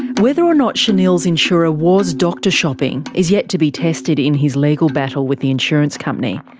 whether or not shanil's insurer was doctor shopping is yet to be tested in his legal battle with the insurance company.